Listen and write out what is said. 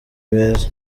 beza